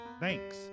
Thanks